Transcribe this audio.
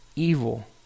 evil